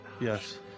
Yes